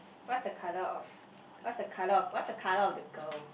what's the color of what's the color of what's the color of the girl